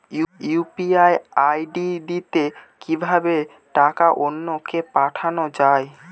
UPI ID দিয়ে কিভাবে টাকা অন্য কে পাঠানো যায়?